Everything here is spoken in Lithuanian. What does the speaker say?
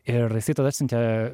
ir tada atsiuntė